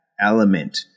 element